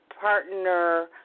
partner